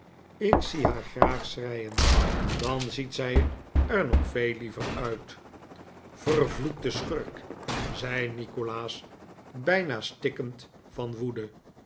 ik zie haar graag schreien dan ziet zij er nog veel liever uit vervloekte schurk zei nikolaas bijna stikkend van woede